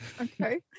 Okay